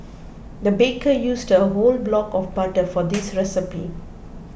the baker used a whole block of butter for this recipe